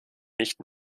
nicht